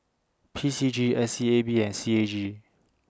P C G S E A B and C A G